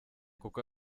kuko